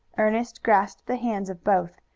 ernest grasped the hands of both.